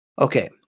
Okay